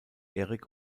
erik